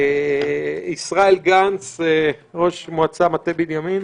ישראל גנץ, ראש מועצה מטה בנימין.